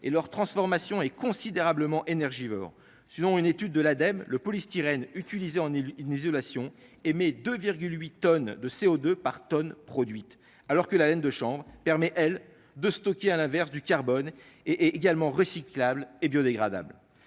et leur transformation et considérablement énergivores, selon une étude de l'Ademe, le polystyrène utilisé en une isolation émet de 8 tonnes de CO2 par tonne produite alors que la laine de champs permet-elle de stocker à l'inverse du carbone est également recyclables et biodégradables